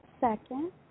second